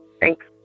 Thanks